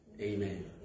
Amen